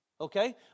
okay